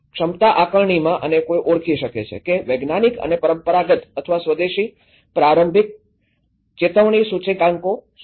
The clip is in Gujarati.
ક્ષમતા આકારણીમાં અને કોઈ ઓળખી શકે છે કે વૈજ્ઞાનિક અને પરંપરાગત અથવા સ્વદેશી પ્રારંભિક ચેતવણી સૂચકાંકો શું છે